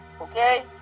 okay